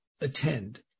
attend